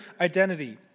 identity